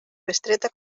bestreta